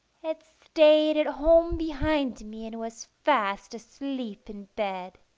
had stayed at home behind me and was fast asleep in bed.